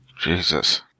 jesus